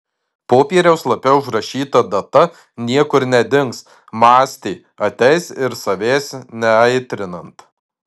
popieriaus lape užrašyta data niekur nedings mąstė ateis ir savęs neaitrinant